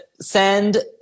send